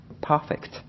perfect